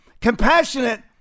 Compassionate